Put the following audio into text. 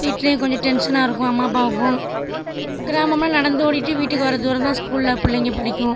வீட்லியும் கொஞ்சம் டென்ஷனாக இருக்கும் அம்மா அப்பாவுக்கும் கிராமம்னால் நடந்து ஓடிட்டு வீட்டுக்கு வர தூரம் தான் ஸ்கூலில் பிள்ளைங்க படிக்கும்